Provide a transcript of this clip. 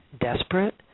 desperate